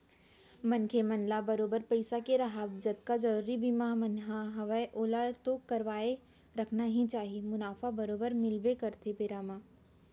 मनखे मन ल बरोबर पइसा के राहब जतका जरुरी बीमा मन ह हवय ओला तो करवाके रखना ही चाही मुनाफा बरोबर मिलबे करथे बेरा म